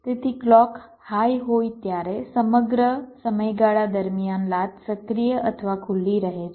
તેથી clock high હોય ત્યારે સમગ્ર સમયગાળા દરમિયાન લાચ સક્રિય અથવા ખુલ્લી રહે છે